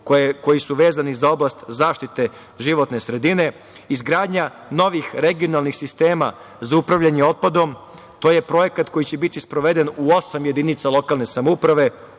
koji su vezani za oblast zaštite životne sredine, izgradnja novih regionalnih sistema za upravljanje otpadom. To je projekat koji će biti sproveden u osam jedinica lokalne samouprave,